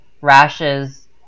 rashes